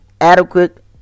adequate